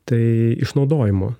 tai išnaudojimo